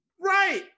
right